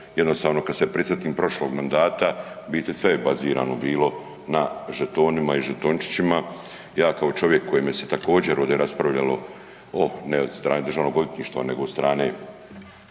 jednostavno kada se prisjetim prošlog mandata u biti sve je bazirano bilo na žetonima i žetončićima. Ja kao čovjek o kojem se također ovdje raspravljalo, ne od strane Državnog odvjetništva nego od strane